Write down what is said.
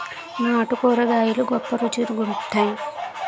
నాటు కూరగాయలు గొప్ప రుచి గుంత్తై